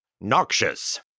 Noxious